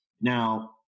Now